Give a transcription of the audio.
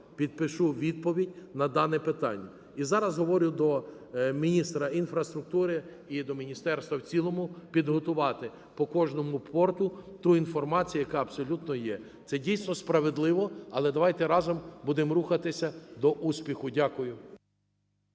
підпишу відповідь на дане питання. І зараз говорю до міністра інфраструктури і до міністерства в цілому: підготувати по кожному порту ту інформацію, яка абсолютно є. Це, дійсно, справедливо, але давайте разом будемо рухатися до успіху. Дякую.